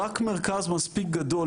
רק מרכז מספיק גדול,